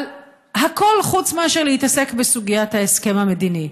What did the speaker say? אבל הכול חוץ מלהתעסק בסוגיית ההסכם המדיני.